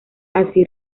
así